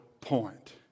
point